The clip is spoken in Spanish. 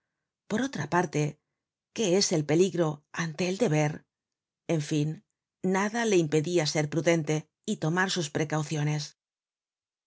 por otra parte qué es el peligro ante el deber en fin nada le impedia ser prudente y tomar sus precauciones